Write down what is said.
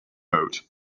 mode